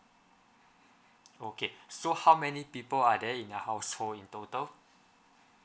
okay so how many people are there in your household in total